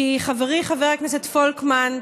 כי חברי חבר הכנסת פולקמן,